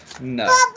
No